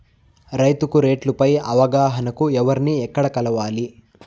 రైతుకు రేట్లు పై అవగాహనకు ఎవర్ని ఎక్కడ కలవాలి?